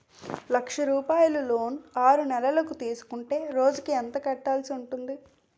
లక్ష రూపాయలు లోన్ ఆరునెలల కు తీసుకుంటే రోజుకి ఎంత కట్టాల్సి ఉంటాది?